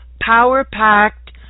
power-packed